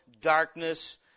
darkness